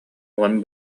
уон